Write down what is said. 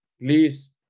Please